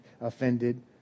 offended